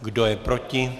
Kdo je proti?